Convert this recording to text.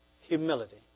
Humility